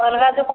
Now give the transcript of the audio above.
ଅଲଗା